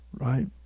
right